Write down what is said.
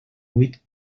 huit